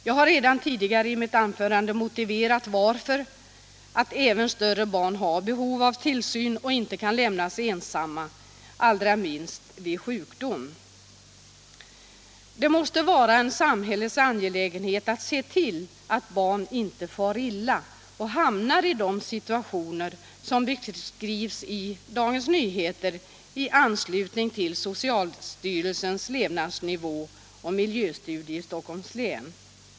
Jag har redan tidigare i mitt anförande motiverat detta förslag: att även större barn har behov av tillsyn och inte kan lämnas ensamma, allra minst vid sjukdom. Det måste vara en samhällets angelägenhet att se till att barn inte far illa och hamnar i de situationer som beskrivs i Dagens Nyheter i anslutning till socialstyrelsens levnadsnivåoch miljöstudie i Stockholms län.